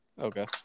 Okay